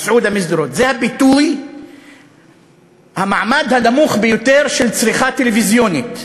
מסעודה משדרות זה הביטוי למעמד הנמוך ביותר של צריכה טלוויזיונית.